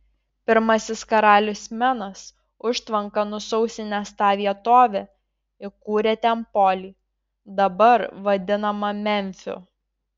pirmasis karalius menas užtvanka nusausinęs tą vietovę įkūrė ten polį dabar vadinamą memfiu